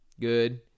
good